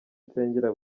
nsengera